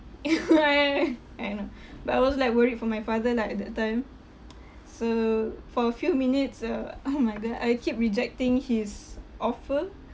I know but I was like worried for my father lah at that time so for a few minutes uh oh my god I keep rejecting his offer